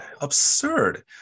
absurd